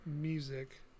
Music